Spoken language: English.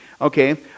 okay